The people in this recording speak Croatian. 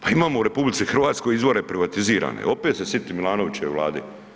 Pa imamo u RH izvore privatizirane opet se sitim Milanovićeva vlade.